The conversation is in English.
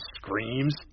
screams